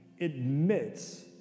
admits